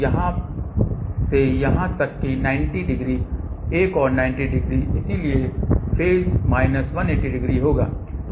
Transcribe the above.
तो यहाँ से यहाँ तक कि 90 डिग्री एक और 90 डिग्री इसलिए फेज माइनस 180 होगा